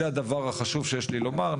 זה הדבר החשוב שיש לי לומר.